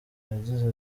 yagize